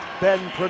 Ben